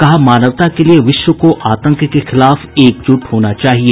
कहा मानवता के लिए विश्व को आतंक के खिलाफ एकजूट होना चाहिए